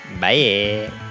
bye